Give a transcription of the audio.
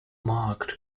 marked